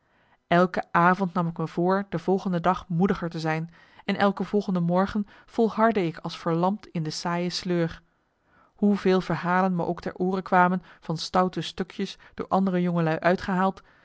elke avond nam ik me voor de volgende dag moediger te zijn en elke volgende morgen volhardde ik als verlamd in de saaie sleur hoeveel verhalen me ook ter oore kwamen van stoute stukjes door andere jongelui uitgehaald